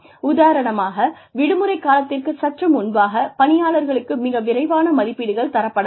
உதாரணமாக விடுமுறைக் காலத்திற்குச் சற்று முன்பாக பணியாளர்களுக்கு மிக விரைவான மதிப்பீடுகள் தரப்படலாம்